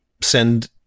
Send